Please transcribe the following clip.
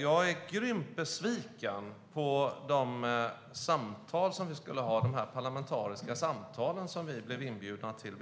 Jag är grymt besviken på de parlamentariska samtal som vi blev inbjudna till.